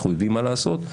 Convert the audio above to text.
אנחנו יודעים מה לעשות.